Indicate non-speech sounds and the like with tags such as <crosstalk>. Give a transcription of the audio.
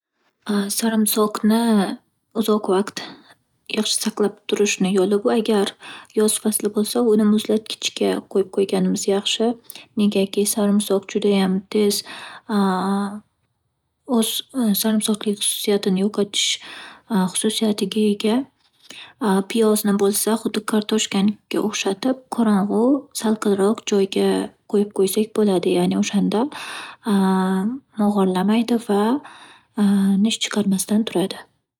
<hesitation> Sarimsoqni uzoq vaqt yaxshi saqlab turishni yo'li bu agar yoz fasli bo'lsa, uni muzlatgichga qo'yib qo'yganimiz yaxshi. Negaki, sarimsoq judayam tez <hesitation> o'z sarimsoqlik xususiyatini yo'qotish xususiyatiga ega. <hesitation> Piyozni bo'lsa, xuddi kartoshkanikiga o'xshatib qorong'u, salqinroq joyga qo'yib qo'ysak bo'ladi. Ya'ni, o'shanda <hesitation> mog'orlamaydi va nish chiqarmasdan turadi.